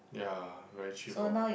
ya very cheap orh